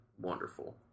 Wonderful